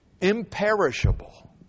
imperishable